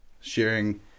sharing